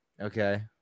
Okay